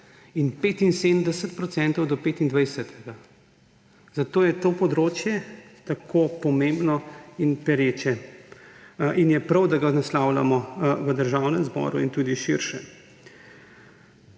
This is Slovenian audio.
do 25. Zato je to področje tako pomembno in pereče in je prav, da ga naslavljamo v Državnem zboru in tudi širše.